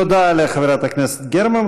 תודה לחברת הכנסת גרמן.